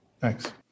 Thanks